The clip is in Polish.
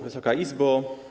Wysoka Izbo!